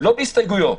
לא בהסתייגויות,